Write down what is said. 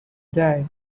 die